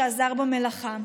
שעזר במלאכה,